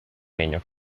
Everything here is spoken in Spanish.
niño